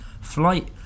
flight